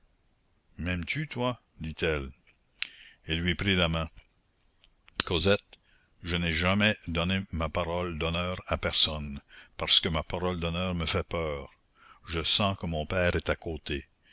m'aimes-tu toi dit-elle il lui prit la main cosette je n'ai jamais donné ma parole d'honneur à personne parce que ma parole d'honneur me fait peur je sens que mon père est à côté